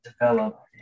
develop